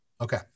Okay